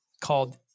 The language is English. called